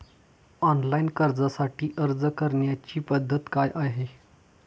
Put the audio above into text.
Online कर्जासाठी अर्ज करण्याची पद्धत काय आहे?